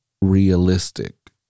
Realistic